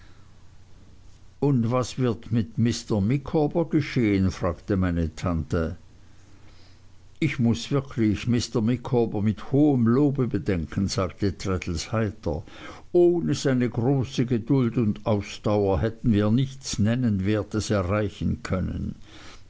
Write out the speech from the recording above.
und was wird mit mr micawber geschehen fragte meine tante ich muß wirklich mr micawber mit hohem lobe bedenken sagte traddles heiter ohne seine große geduld und ausdauer hätten wir nichts nennenswertes erreichen können